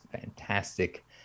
fantastic